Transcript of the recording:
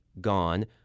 gone